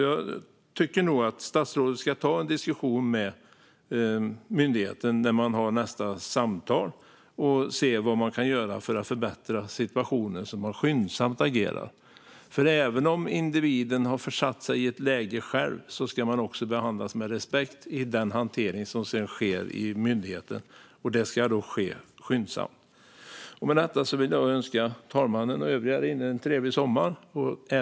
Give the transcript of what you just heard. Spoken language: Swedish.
Jag tycker nog att statsrådet ska ta en diskussion med myndigheten vid nästa samtal och att man ska se vad man kan göra för att förbättra situationen, så att man agerar skyndsamt. Även om individen själv har försatt sig i ett visst läge ska man behandlas med respekt i den hantering som sedan sker i myndigheten, och det ska ske skyndsamt. Med detta vill jag önska fru talmannen, statsrådet och övriga här inne en trevlig sommar.